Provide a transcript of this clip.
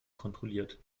kontrolliert